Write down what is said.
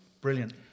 Brilliant